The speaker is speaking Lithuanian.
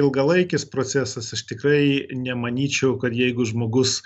ilgalaikis procesas aš tikrai nemanyčiau kad jeigu žmogus